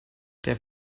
der